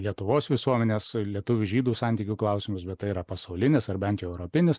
lietuvos visuomenės lietuvių žydų santykių klausimas bet tai yra pasaulinis ar bent europinis